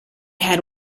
had